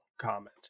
comment